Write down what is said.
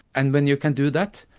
and when you can do that,